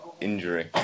injury